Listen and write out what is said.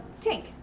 tank